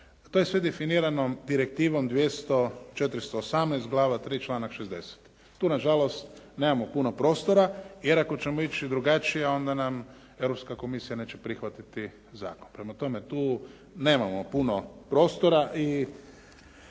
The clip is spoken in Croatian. To je sve definirano Direktivom 200, 418, glava tri, članak 60. Tu na žalost nemamo puno prostora, jer ako ćemo ići drugačije onda nam Europska komisija neće prihvatiti zakon. Prema tome, tu nemamo puno prostora i